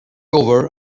over